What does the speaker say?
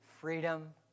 Freedom